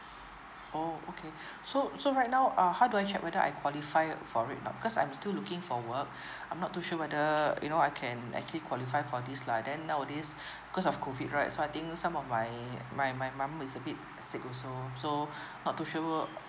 orh okay so so right now uh how do I check whether I qualify for it or not because I'm still looking for work I'm not too sure whether you know I can actually qualify for this lah and then nowadays because of COVID right so I think some of my my my my mum is a bit sick also so not too sure work